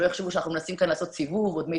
שלא יחשבו שאנחנו מנסים לעשות סיבוב או דמי